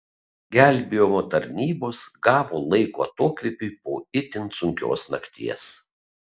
gelbėjimo tarnybos gavo laiko atokvėpiui po itin sunkios nakties